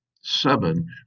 seven